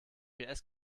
gps